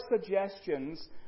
suggestions